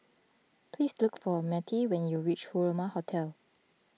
please look for Mattye when you reach Furama Hotel